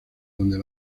donde